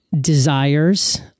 desires